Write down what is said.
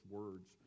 words